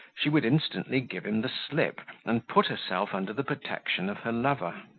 she would instantly give him the slip, and put herself under the protection of her lover.